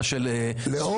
לתקופה זמנית בלבד,